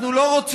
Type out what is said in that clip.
אנחנו לא רוצים,